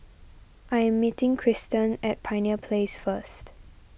I am meeting Kristan at Pioneer Place first